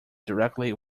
directly